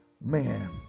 man